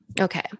okay